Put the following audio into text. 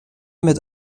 mit